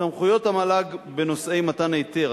סמכויות המועצה להשכלה גבוהה בנושאי מתן היתר,